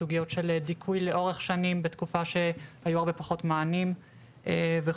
סוגיות של דיכוי של שנים בתקופה שהיו בה הרבה פחות מענים וכולי.